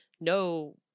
no